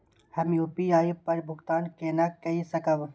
हम यू.पी.आई पर भुगतान केना कई सकब?